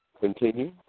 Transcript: continue